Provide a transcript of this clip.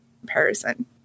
comparison